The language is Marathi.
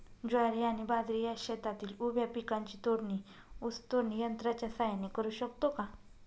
ज्वारी आणि बाजरी या शेतातील उभ्या पिकांची तोडणी ऊस तोडणी यंत्राच्या सहाय्याने करु शकतो का?